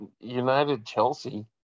United-Chelsea